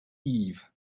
eve